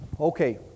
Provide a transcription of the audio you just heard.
Okay